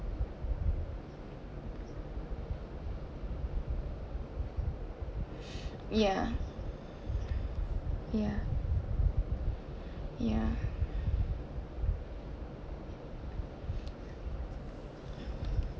ya ya ya